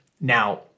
Now